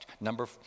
Number